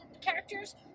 characters